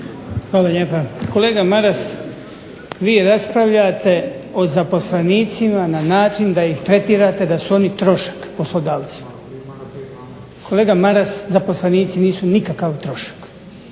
Hvala lijepa. Kolega Maras, vi raspravljate o zaposlenicima na način da ih tretirate da su trošak poslodavcima. Kolega Maras, zaposlenici nisu nikakav trošak.